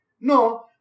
No